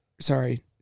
sorry